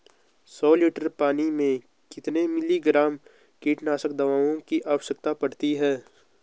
सौ लीटर पानी में कितने मिलीग्राम कीटनाशक दवाओं की आवश्यकता पड़ती है?